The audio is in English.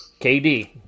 KD